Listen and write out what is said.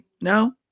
no